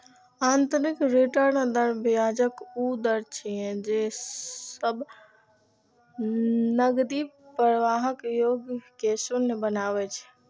आंतरिक रिटर्न दर ब्याजक ऊ दर छियै, जे सब नकदी प्रवाहक योग कें शून्य बनबै छै